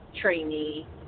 trainee